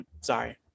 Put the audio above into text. Sorry